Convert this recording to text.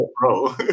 bro